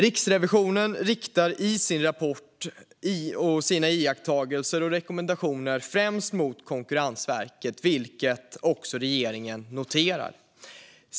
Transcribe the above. Riksrevisionen riktar i sin rapport sina iakttagelser och rekommendationer främst till Konkurrensverket, vilket regeringen också noterar.